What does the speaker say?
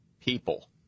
people